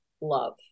love